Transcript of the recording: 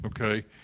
okay